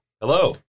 Hello